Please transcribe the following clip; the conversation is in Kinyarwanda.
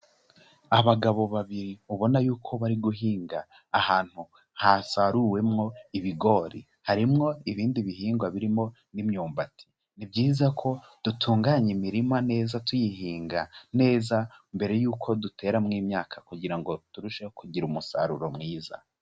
Abagabo babiri ubona yuko bari guhinga ahantu hasaruwemo ibigori, harimwo ibindi bihingwa birimo n'imyumbati, ni byiza ko dutunganya imirima neza tuyihinga neza mbere yuko duteramo imyaka kugira ngo turusheho kugira umusaruro mwiza.